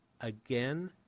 again